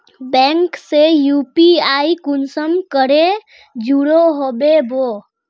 Bank से UPI कुंसम करे जुड़ो होबे बो?